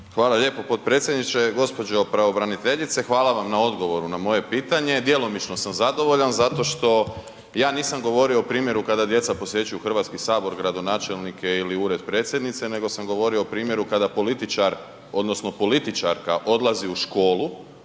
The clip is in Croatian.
Hvala lijepo potpredsjedniče. Gospođo pravobraniteljice, hvala vam na odgovoru na moje pitanje, djelomično sam zadovoljan zato što ja nisam govorio o primjeru kada djeca posjećuju Hrvatski sabor, gradonačelnike ili Ured predsjednice nego sam govorio o primjeru kada političar, odnosno